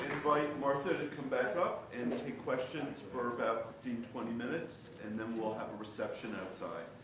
invite martha to come back up and take questions for about fifteen twenty minutes, and then we'll have a reception outside.